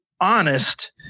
honest –